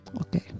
Okay